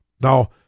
Now